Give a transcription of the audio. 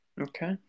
Okay